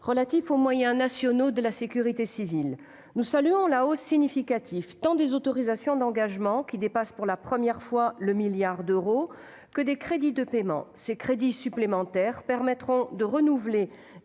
relatif aux moyens nationaux de la sécurité civile. Nous saluons la hausse significative tant des autorisations d'engagement, qui dépassent pour la première fois le milliard d'euros, que des crédits de paiement. Ces crédits supplémentaires permettront de renouveler